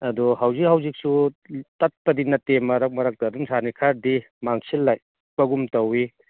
ꯑꯗꯣ ꯍꯧꯖꯤꯛ ꯍꯧꯖꯤꯛꯁꯨ ꯇꯠꯄꯗꯤ ꯅꯠꯇꯦ ꯃꯔꯛ ꯃꯔꯛꯇ ꯑꯗꯨꯝ ꯁꯥꯟꯅꯩ ꯈꯔꯗꯤ ꯃꯥꯡꯁꯤꯜꯂꯛꯄꯒꯨꯝ ꯇꯧꯏ